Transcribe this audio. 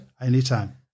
Anytime